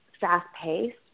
fast-paced